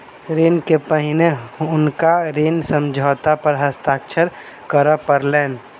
ऋण सॅ पहिने हुनका ऋण समझौता पर हस्ताक्षर करअ पड़लैन